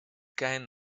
kein